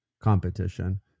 competition